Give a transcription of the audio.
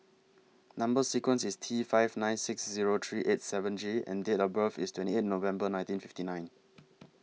Number sequence IS T five nine six Zero three eight seven J and Date of birth IS twenty eight November nineteen fifty nine